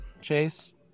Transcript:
Chase